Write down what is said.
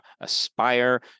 aspire